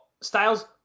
Styles